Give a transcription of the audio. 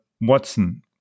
Watson